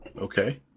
Okay